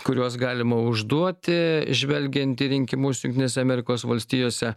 kuriuos galima užduoti žvelgiant į rinkimus jungtinėse amerikos valstijose